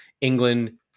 England